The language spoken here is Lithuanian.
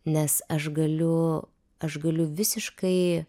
nes aš galiu aš galiu visiškai